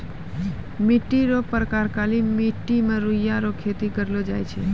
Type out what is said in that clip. मिट्टी रो प्रकार काली मट्टी मे रुइया रो खेती करलो जाय छै